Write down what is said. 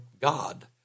God